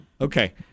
Okay